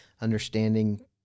Understanding